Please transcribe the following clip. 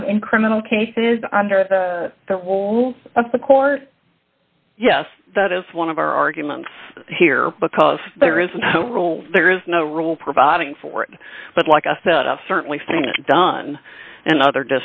free in criminal cases under the the role of the court yes that is one of our arguments here because there is no rule there is no rule providing for it but like i said i've certainly seen it done and other